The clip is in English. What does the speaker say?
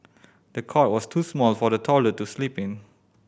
the cot was too small for the toddler to sleep in